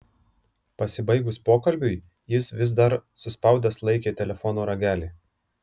pasibaigus pokalbiui jis vis dar suspaudęs laikė telefono ragelį